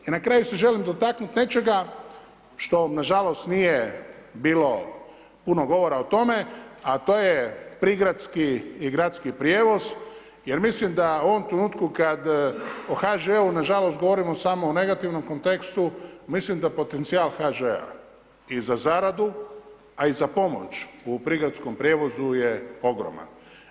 I na kraju se želim dotaknuti nečega što nažalost nije bilo puno govora o tome a to je prigradski i gradski prijevoz jer mislim da u ovom trenutku kad o HŽ-u nažalost govorimo samo u negativnom kontekstu, mislim da potencijal HŽ-a i za zaradu a i za pomoć u prigradskom prijevozu je ogroman.